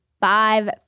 Five